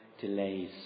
delays